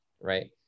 right